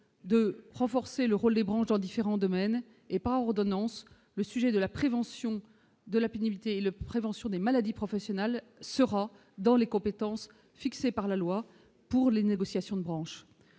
de renforcer le rôle des branches dans différents domaines et pas ordonnance le sujet de la prévention de la pénibilité, le prévention des maladies Professional se rend dans les compétences fixées par la loi pour les négociations de branches,